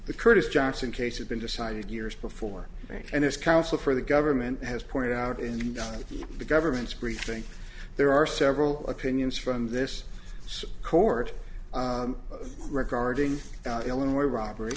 the curtis johnson case had been decided years before and as counsel for the government has pointed out in the government's briefing there are several opinions from this court regarding the illinois robbery